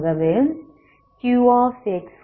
ஆகவே Qx0H